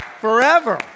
forever